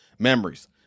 Memories